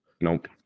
nope